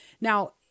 Now